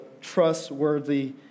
trustworthy